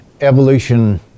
Evolution